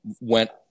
went